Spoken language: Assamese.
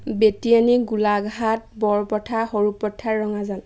বেটিয়ানী গোলাঘাট বৰপথাৰ সৰুপথাৰ ৰঙাজান